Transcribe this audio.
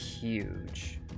huge